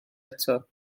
eto